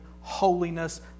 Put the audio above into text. holiness